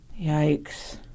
Yikes